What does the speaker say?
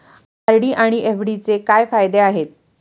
RD आणि एफ.डीचे काय फायदे आहेत?